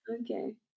okay